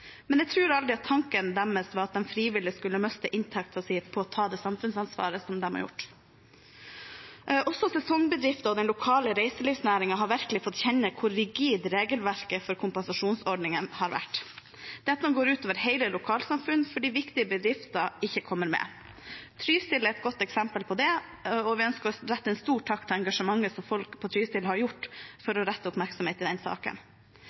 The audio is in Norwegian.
men jeg tror aldri tanken deres var at de frivillig skulle miste inntekten sin på å ta det samfunnsansvaret som de har gjort. Også sesongbedrifter og den lokale reiselivsnæringen har virkelig fått kjenne hvor rigid regelverket for kompensasjonsordningene har vært. Dette går ut over hele lokalsamfunn fordi viktige bedrifter ikke kommer med. Trysil er et godt eksempel på det, og vi ønsker å rette en stor takk til engasjementet folk i Trysil har vist for å rette oppmerksomhet mot den saken.